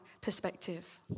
perspective